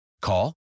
Call